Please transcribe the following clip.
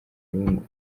lungu